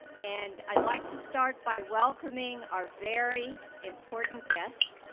and i'd like to start by welcoming our very important guests,